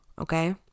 okay